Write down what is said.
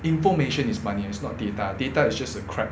information is money and it's not data data is just a crack